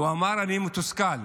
והוא אמר: אני מתוסכל.